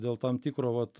dėl tam tikro vat